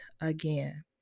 again